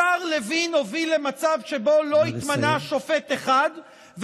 השר לוין הביא למצב שבו לא התמנה שופט אחד,